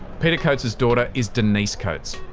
peter coates's daughter is denise coates.